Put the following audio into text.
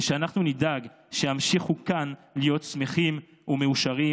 ואנחנו נדאג שימשיכו כאן להיות שמחים ומאושרים,